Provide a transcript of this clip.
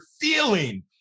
feeling